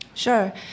Sure